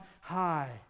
high